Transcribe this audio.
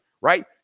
right